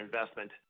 investment